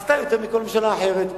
עשתה יותר מכל ממשלה אחרת,